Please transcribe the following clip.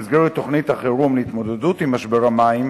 במסגרת תוכנית החירום להתמודדות עם משבר המים